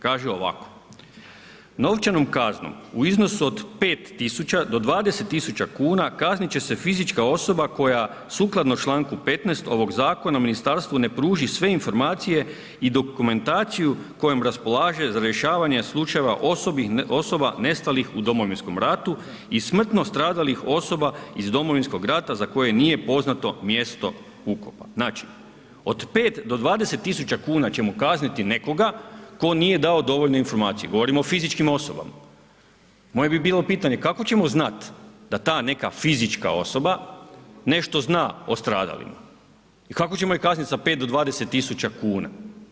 Kaže ovako: „Novčanom kaznom u iznosu od 5 tisuća do 20 tisuća kuna, kaznit će se fizička osoba koja sukladno članku 15. ovog Zakona, Ministarstvu ne pruži sve informacije i dokumentaciju kojom raspolaže za rješavanje slučajeva osoba nestalih u Domovinskom ratu i smrtno stradalih osoba iz Domovinskog rata za koje nije poznato mjesto ukopa.“ Znači, od pet do dvadeset tisuća kuna ćemo kazniti nekoga tko nije dao dovoljno informacija, govorimo o fizičkim osobama, moje bi bilo pitanje kako ćemo znat da ta neka fizička osoba nešto zna o stradalima i kako ćemo ih kaznit sa pet do dvadeset tisuća kuna?